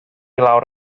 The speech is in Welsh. lawr